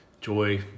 Joy